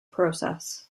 process